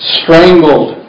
strangled